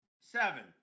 Seven